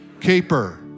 Keeper